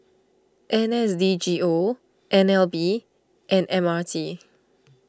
N S D G O N L B and M R T